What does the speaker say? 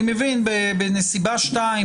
אני מבין בנסיבה (2),